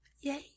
Yay